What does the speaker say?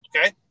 okay